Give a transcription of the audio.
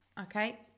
Okay